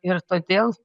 ir todėl